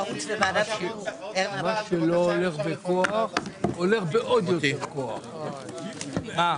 הישיבה ננעלה בשעה 13:10.